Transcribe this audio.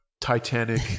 Titanic